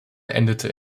endete